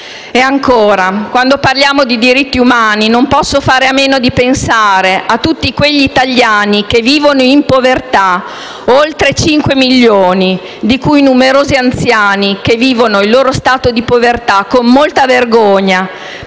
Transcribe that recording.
E ancora, quando parliamo di diritti umani, non posso fare a meno di pensare a tutti quegli italiani che vivono in povertà (oltre 5 milioni), di cui numerosi anziani, che vivono il loro stato di povertà con molta vergogna